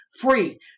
free